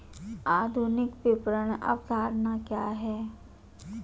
आधुनिक विपणन अवधारणा क्या है?